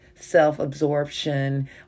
self-absorption